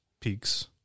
peaks